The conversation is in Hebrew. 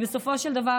בסופו של דבר,